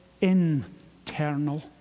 internal